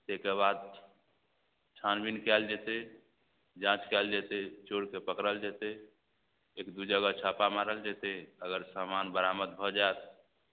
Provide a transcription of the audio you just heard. ताहिके बाद छानबीन कएल जएतै जाँच कएल जएतै चोरके पकड़ल जएतै एक दुइ जगह छापा मारल जएतै अगर सामान बरामद भऽ जाएत